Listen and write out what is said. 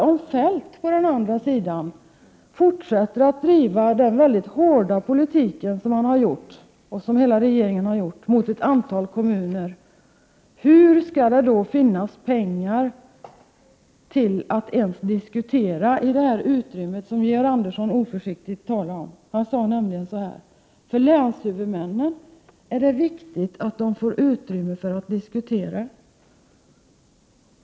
Om Kjell-Olof Feldt fortsätter att driva den väldigt hårda politik som han och hela regeringen har fört gentemot ett antal kommuner, hur skall det då finnas pengar till att ens diskutera om ett utrymme som Georg Andersson litet oförsiktigt talade om? Georg Andersson sade nämligen så här: För länshuvudmännen är det viktigt att de får utrymme att diskutera.